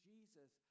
Jesus